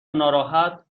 ناراحت